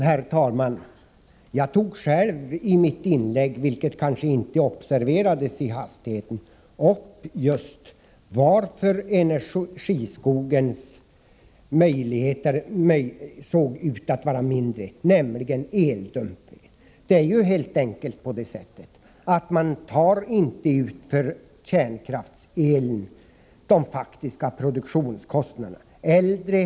Herr talman! Jag tog själv i mitt inlägg, vilket kanske inte observerades i hastigheten, upp just varför energiskogens möjligheter såg ut att vara mindre än förut, nämligen eldumpningen. Det är helt enkelt på det sättet att man inte tar ut de faktiska produktionskostnaderna för kärnkraftselektriciteten.